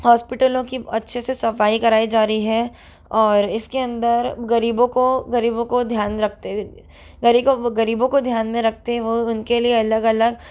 हॉस्पिटलों की अच्छे से सफाई कराई जा रही है और इसके अंदर गरीबों को गरीबों को ध्यान रखते गरीबों को ध्यान में रखते वो उनके लिए अलग अलग